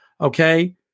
Okay